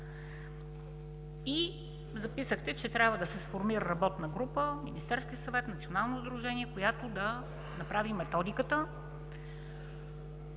и записахте, че трябва да се сформира работна група – Министерския съвет, Националното сдружение, която да направи методиката